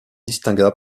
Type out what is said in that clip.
distingua